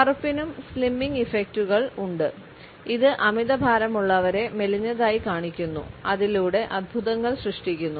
കറുപ്പിനും slimming ഇഫക്റ്റുകൾ ഉണ്ട് ഇത് അമിതഭാരമുള്ളരെ മെലിഞ്ഞതായി കാണിക്കുന്നു അതിലൂടെ അത്ഭുതങ്ങൾ സൃഷ്ടിക്കുന്നു